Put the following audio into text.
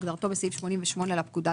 כהגדרתו בסעיף 88 לפקודה.